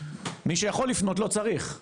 מי שיכול לפנות לא צריך,